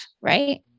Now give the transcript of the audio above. right